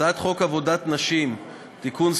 1. הצעת חוק עבודת נשים (תיקון,